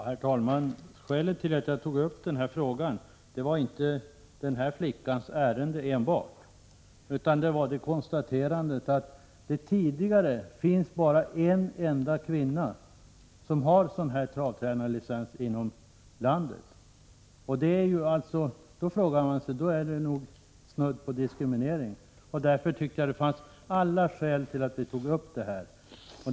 Herr talman! Skälet till att jag tog upp den här frågan var inte enbart den här flickans ärende utan det faktum att det bara finns en kvinna inom landet som har denna travtränarlicens. Då är det snudd på diskriminering, och därför tyckte jag att det fanns alla skäl att ta upp denna fråga.